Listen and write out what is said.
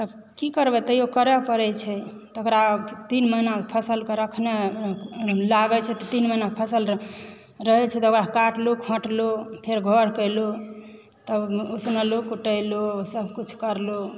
की करबय तहियो करय पड़ैत छै तकरा तीन महीनाके फसलकऽ रखनाइ लागैत छै तीन महीनाके फसल रहैत छै तऽ ओकरा काटलूँ खोटलूँ फेर घर कयलहुँ तब उसनिलहुँ कुटलहुँ सभ किछु करलहुँ